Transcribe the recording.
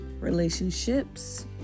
relationships